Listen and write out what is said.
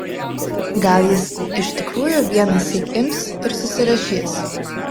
gal jis iš tikrųjų vienąsyk ims ir susirašys